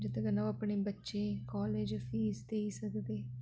जेह्दे कन्नै ओह् अपने बच्चें ई कालेज दी फीस देई सकदे